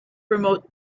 remote